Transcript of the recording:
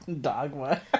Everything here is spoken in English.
Dogma